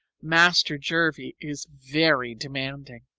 master jervie is very demanding.